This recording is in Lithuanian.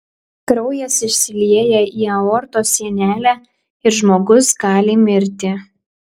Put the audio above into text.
kraujas išsilieja į aortos sienelę ir žmogus gali mirti